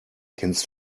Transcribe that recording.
kennst